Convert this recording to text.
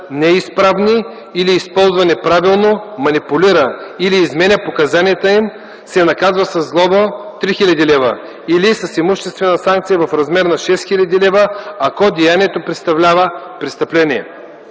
неизправни, или използва неправилно, манипулира или изменя показанията им, се наказва с глоба 3 хил. лв. или с имуществена санкция в размер 6 хил. лв., ако деянието не съставлява престъпление.